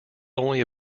only